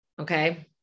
Okay